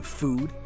food